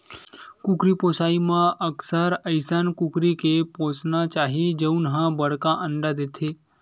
कुकरी पोसइ म अक्सर अइसन कुकरी के पोसना चाही जउन ह बड़का अंडा देथे